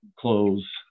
clothes